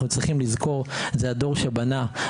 אנחנו צריכים לזכור שזה הדור שבנה,